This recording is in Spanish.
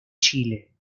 chile